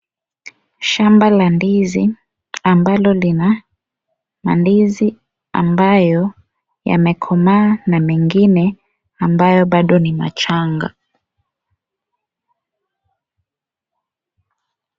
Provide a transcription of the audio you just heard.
Shamba la ndizi ambalo lina mandizi ambayo yamekomaa na mengine ambaye bado ni machanga.